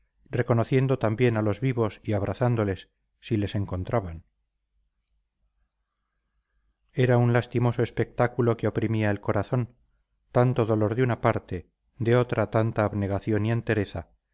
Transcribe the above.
reconociendo también a los vivos y abrazándoles si les encontraban era un lastimoso espectáculo que oprimía el corazón tanto dolor de una parte de otra tanta abnegación y entereza